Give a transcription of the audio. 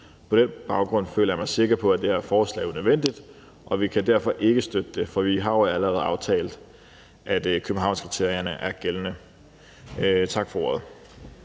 På den baggrund føler mig sikker på, at det her forslag er unødvendigt, og vi kan derfor ikke støtte det, for vi har jo allerede havde aftalt, at Københavnskriterierne er gældende. Tak for ordet.